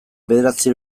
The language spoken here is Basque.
bederatzi